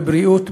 בבריאות,